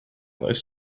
those